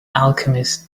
alchemists